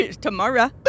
Tomorrow